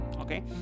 okay